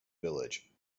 village